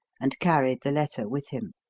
and carried the letter with him.